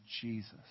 Jesus